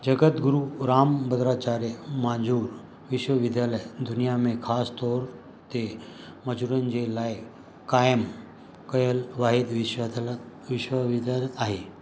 जगद्गुरु रामभद्राचार्य मांजुर विश्वविद्यालय दुनिया में ख़ासि तौर ते मजूरनि जे लाइ क़ाइमु कयलु वाहिद विश्वदलन विश्वविद्यालय आहे